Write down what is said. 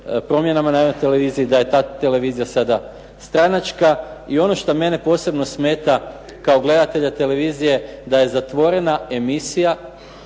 promjenama na televiziji, da je ta televizija sada stranačka. I ono što mene posebno smeta kao gledatelja televizije da je zatvorena emisija